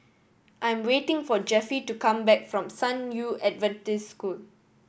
I am waiting for Jeffie to come back from San Yu Adventist School